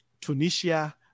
Tunisia